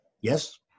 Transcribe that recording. Yes